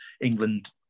England